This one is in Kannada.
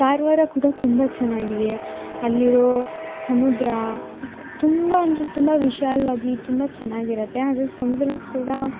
ಕಾರವಾರ ಕೂಡ ತುಂಬ ಚೆನ್ನಾಗಿದೆ ಅಲ್ಲಿರೋ ಸಮುದ್ರ ತುಂಬ ಅಂದರೆ ತುಂಬ ವಿಶಾಲವಾಗಿ ತುಂಬ ಚೆನ್ನಾಗಿರತ್ತೆ ಹಾಗಾಗಿ ಸಮುದ್ರ ಕೂಡ